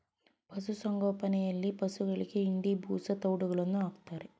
ಪಶುಸಂಗೋಪನೆಯಲ್ಲಿ ಪಶುಗಳಿಗೆ ಹಿಂಡಿ, ಬೂಸಾ, ತವ್ಡುಗಳನ್ನು ಹಾಕ್ತಾರೆ